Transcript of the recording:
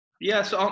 Yes